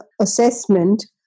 assessment